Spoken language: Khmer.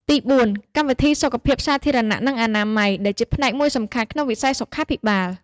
ទីបួន កម្មវិធីសុខភាពសាធារណៈ និងអនាម័យ ដែលជាផ្នែកមួយសំខាន់ក្នុងវិស័យសុខាភិបាល។